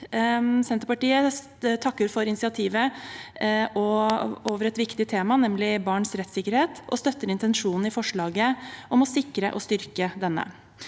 Senterpartiet takker for initiativet om et viktig tema, nemlig barns rettssikkerhet, og støtter intensjonen i forslaget om å sikre og styrke denne.